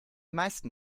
meisten